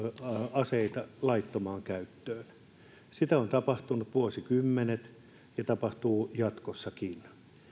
aseita laittomaan käyttöön sitä on tapahtunut vuosikymmenet ja tapahtuu jatkossakin